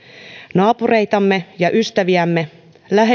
naapureitamme ja ystäviämme